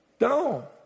No